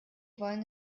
wollen